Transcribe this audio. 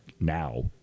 now